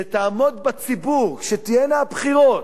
שתעמוד בציבור, כשתהיינה הבחירות,